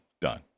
done